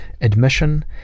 admission